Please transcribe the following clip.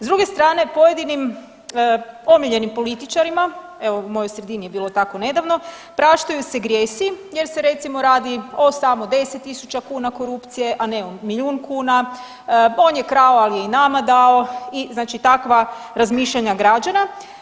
S druge strane pojedinim omiljenim političarima, evo u mojoj sredini je bilo tako nedavno, praštaju se grijesi jer se recimo radi o samo 10.000 kuna korupcije, a ne o milijun kuna, on je krao, ali je i nama dao i znači takva razmišljanja građana.